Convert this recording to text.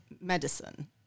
medicine